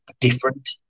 different